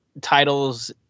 titles